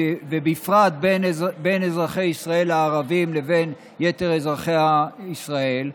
ובפרט בין אזרחי ישראל הערבים לבין יתר אזרחי ישראל,